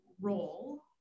role